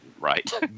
Right